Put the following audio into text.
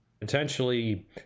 Potentially